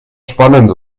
spannend